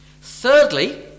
Thirdly